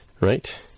right